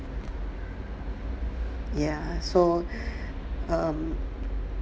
yeah so um